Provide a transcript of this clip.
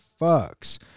fucks